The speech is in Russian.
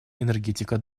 энергетика